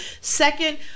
Second